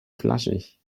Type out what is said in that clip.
flaschig